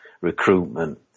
recruitment